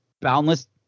boundless